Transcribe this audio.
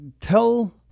Tell